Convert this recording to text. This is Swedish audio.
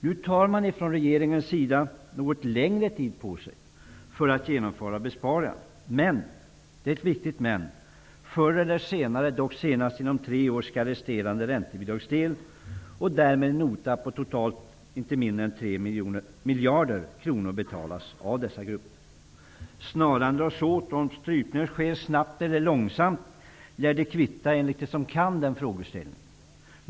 Nu tar man från regeringens sida något längre tid på sig för att genomföra besparingar. Men förr eller senare, dock senast inom tre år, skall resterande räntebidragsdel och därmed en nota om totalt inte mindre än 3 miljarder kronor betalas av nämnda grupper. Snaran dras åt. Om strypningen sker snabbt eller långsamt lär kvitta enligt dem som kan den här frågeställningen.